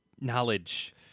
knowledge